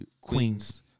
queens